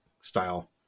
style